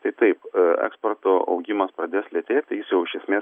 tai taip eksporto augimas pradės lėtėt tai jis jau iš esmės